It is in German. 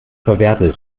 verwertet